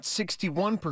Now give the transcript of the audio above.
61%